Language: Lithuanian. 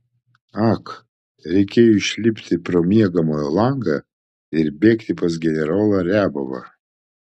ak reikėjo išlipti pro miegamojo langą ir bėgti pas generolą riabovą